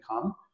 come